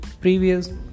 previous